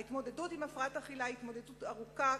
ההתמודדות עם הפרעת אכילה היא התמודדות ארוכה,